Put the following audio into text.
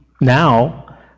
Now